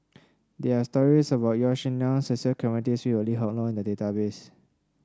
there are stories about Yaw Shin Leong Cecil Clementi Smith and Lee Hock in the database